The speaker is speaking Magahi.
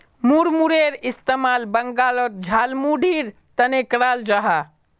मुड़मुड़ेर इस्तेमाल बंगालोत झालमुढ़ीर तने कराल जाहा